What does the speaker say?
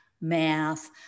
math